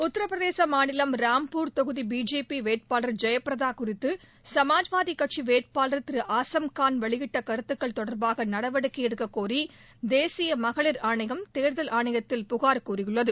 உத்தரப்பிரதேச மாநிலம் ராம்பூர் தொகுதி பிஜேபி வேட்பாளர் ஜெயப்பிரதா குறித்து சமாஜ்வாதி கட்சி வேட்பாளர் திரு ஆசம்கான் வெளியிட்ட கருத்துக்கள் தொடர்பாக நடவடிக்கை எடுக்கக் கோரி தேசிய மகளிர் ஆணையம் தேர்தல் ஆணையத்தில் புகார் தெரிவித்துள்ளது